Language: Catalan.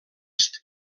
est